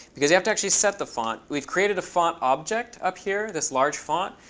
because you have to actually set the font. we've created a font object up here, this large font.